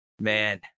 man